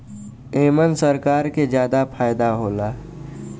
एमन सरकार के जादा फायदा होला